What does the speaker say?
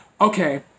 okay